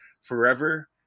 forever